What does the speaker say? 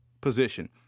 position